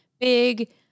big